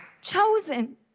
Chosen